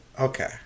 Okay